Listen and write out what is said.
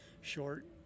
short